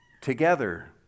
together